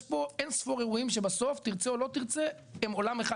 יש פה אין ספור אירועים שבסף תרצה או לא תרצה הם עולם אחד,